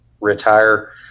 retire